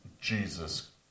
Jesus